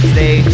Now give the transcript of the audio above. Stay